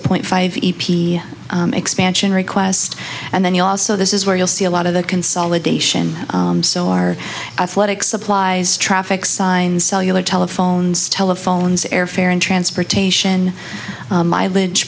a point five p expansion request and then you also this is where you'll see a lot of the consolidation so our athletic supplies traffic signs cellular telephones telephones airfare and transportation mileage